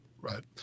right